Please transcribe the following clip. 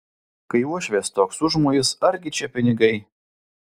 kai uošvės toks užmojis argi čia pinigai